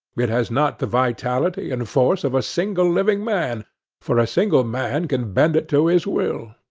it has not the vitality and force of a single living man for a single man can bend it to his will.